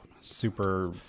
super